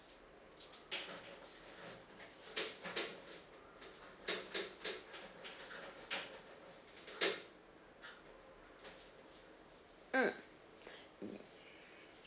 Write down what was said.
mm yes